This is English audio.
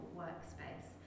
workspace